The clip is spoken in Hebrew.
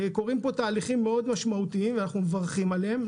וקורים פה תהליכים מאוד משמעותיים ואנחנו מברכים עליהם.